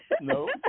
no